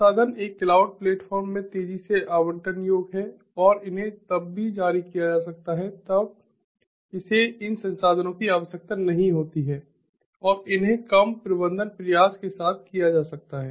संसाधन एक cloud platform में तेजी से आवंटन योग्य हैं और इन्हें तब भी जारी किया जा सकता है जब इसे इन संसाधनों की आवश्यकता नहीं होती है और इन्हें कम प्रबंधन प्रयास के साथ किया जा सकता है